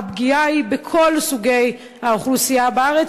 הפגיעה היא בכל סוגי האוכלוסייה בארץ,